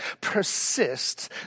persists